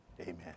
Amen